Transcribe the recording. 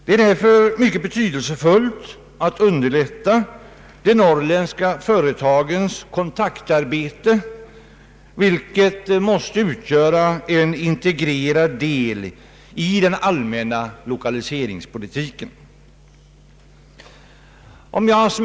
Det är därför mycket betydelsefullt att underlätta de norrländska företagens kontaktarbete, vilket måste utgöra en integrerad del i den allmänna lokaliseringspolitiken.